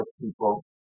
people